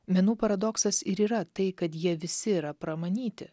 menų paradoksas ir yra tai kad jie visi yra pramanyti